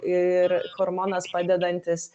ir hormonas padedantis